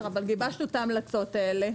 אבל גיבשנו את ההמלצות האלה.